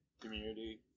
community